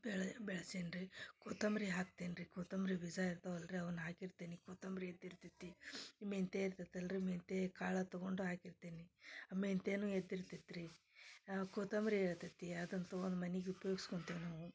ಬೆಳೆ ಬೆಳಿಸೀನಿ ರೀ ಕೊತ್ತಂಬ್ರಿ ಹಾಕ್ತೀನಿ ರೀ ಕೊತ್ತಂಬ್ರಿ ಬೀಜ ಇರ್ತಾವಲ್ಲ ರೀ ಅವ್ನ ಹಾಕಿರ್ತೀನಿ ಕೊತ್ತಂಬ್ರಿ ಎದ್ದು ಇರ್ತೈತಿ ಈ ಮೆಂತ್ಯೆ ಇರ್ತತಲ್ಲ ರೀ ಮೆಂತ್ಯೆ ಕಾಳು ತಗೊಂಡು ಹಾಕಿರ್ತೀನಿ ಮೆಂತ್ಯೆನೂ ಎದ್ದು ಇರ್ತೈತೆ ರೀ ಕೊತ್ತಂಬ್ರಿ ಏಳ್ತೈತಿ ಅದನ್ನು ತೊಗೊಂಡ್ ಮನಿಗೆ ಉಪ್ಯೋಗ್ಸ್ಕೊಂತೀವಿ ನಾವು